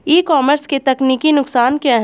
ई commerce के तकनीकी नुकसान बताएं?